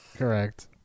Correct